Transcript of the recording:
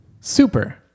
Super